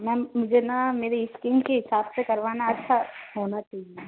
ma'am मुझे ना मेरी स्किन के हिसाब से करवाना अच्छा